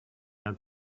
had